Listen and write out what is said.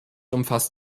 umfasst